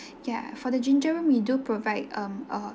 yeah for the ginger room we do provide um a